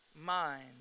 mind